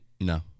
No